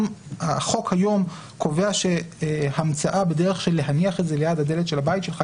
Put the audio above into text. החוק היום קובע שהמצאה בדרך של להניח את זה ליד דלת הבית שלך,